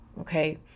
Okay